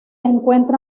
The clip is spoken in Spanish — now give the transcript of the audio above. encuentra